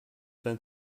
dann